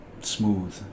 smooth